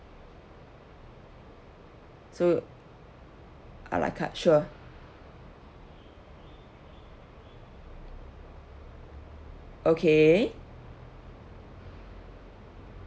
so a la carte sure okay